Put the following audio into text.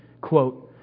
quote